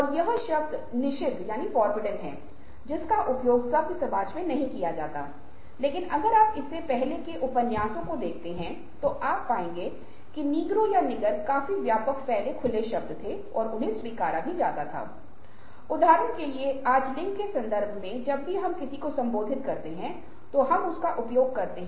और यह सभी जुनून के लिए सीट है और एमीगडाला हमारी भावनाओं को नियंत्रित करता है लेकिन साथ ही हमें अपनी गतिविधियों के माध्यम से या अपने मनोवैज्ञानिक कामकाज के माध्यम से नहीं भूलना चाहिए की हम भी एमीगडाला कामकाज की व्यवस्थित कर सकते हैं